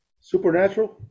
Supernatural